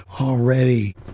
already